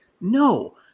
no